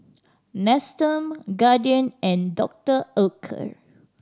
Nestum Guardian and Doctor Oetker